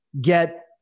get